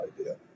idea